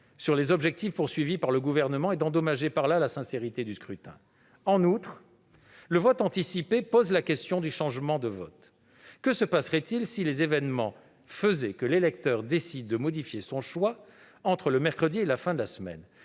sur les objectifs du Gouvernement et d'endommager, ce faisant, la sincérité du scrutin. En outre, le vote anticipé pose la question du changement de vote. Que se passerait-il si les événements faisaient que l'électeur décide de modifier son choix entre le mercredi et la fin de la semaine ?